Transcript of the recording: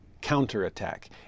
counterattack